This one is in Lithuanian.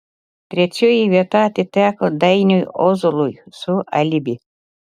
trečioji vieta atiteko dainiui ozolui su alibi